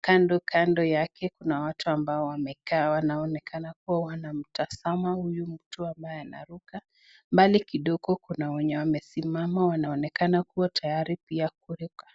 Kando kando yake kuna watu ambao wamekaa, wanaonekana kuwa wanamtazama huyu mtu ambaye anaruka. Mbali kidogo kuna wenye wamesimama, wanaonekana kuwa tayari pia kuruka.